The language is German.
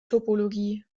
topologie